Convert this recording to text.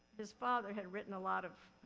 his father had written a lot of